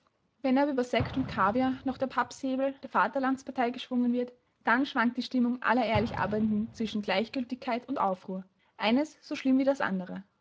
wenn aber über sekt und kaviar noch der pappsäbel der vaterlandspartei geschwungen wird dann schwankt die stimmung aller ehrlich arbeitenden zwischen gleichgültigkeit und aufruhr eines so schlimm wie das andere